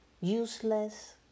useless